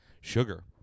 Sugar